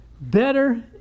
better